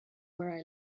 where